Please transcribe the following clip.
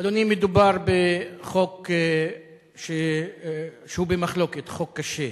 אדוני, מדובר בחוק שהוא במחלוקת, חוק קשה,